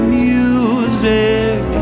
music